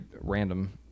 random